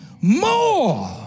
more